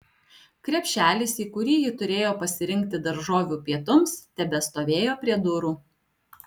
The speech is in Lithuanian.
krepšelis į kurį ji turėjo pasirinkti daržovių pietums tebestovėjo prie durų